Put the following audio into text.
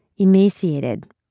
emaciated